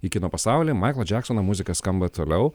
į kino pasaulį maiklo džeksono muzika skamba toliau